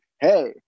hey